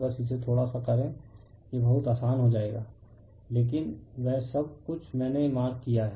बस इसे थोड़ा सा करें यह बहुत आसान हो जाएगा लेकिन वह सब कुछ मैने मार्क किया हैं